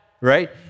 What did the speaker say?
right